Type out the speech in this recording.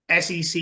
SEC